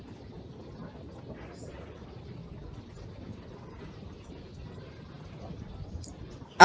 I